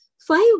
five